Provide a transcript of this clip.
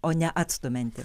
o ne atstumianti